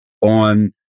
on